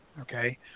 okay